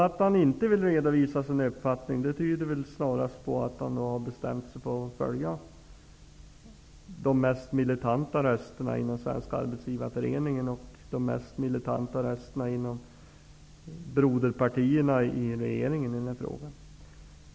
Att han inte vill redovisa sin uppfattning tyder väl snarast på att han har bestämt sig för att följa de mest militanta rösterna inom Svenska arbetsgivareföreningen och de mest militanta rösterna inom broderpartierna i regeringen i den här frågan.